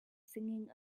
singing